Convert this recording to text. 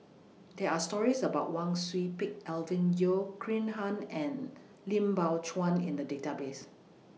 There Are stories about Wang Sui Pick Alvin Yeo Khirn Hai and Lim Biow Chuan in The Database